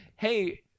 Hey